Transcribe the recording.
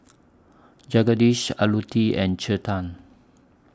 Jagadish Alluti and Chetan